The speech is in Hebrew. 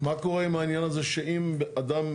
מה קורה עם העניין הזה שאם אדם,